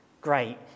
great